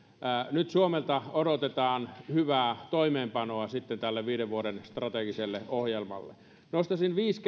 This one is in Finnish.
nyt suomelta odotetaan hyvää toimeenpanoa tälle viiden vuoden strategiselle ohjelmalle nostaisin viisi